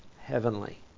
heavenly